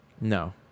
no